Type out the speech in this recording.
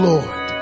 Lord